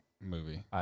movie